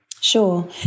Sure